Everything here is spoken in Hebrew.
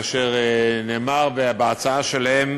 כאשר נאמר בהצעה שלהם